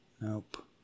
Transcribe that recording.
Nope